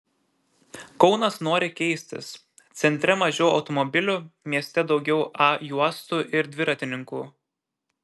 kaunas nori keistis centre mažiau automobilių mieste daugiau a juostų ir dviratininkų